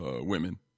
women